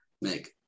make